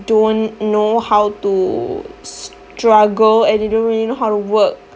don't know how to struggle and they don't really know how to work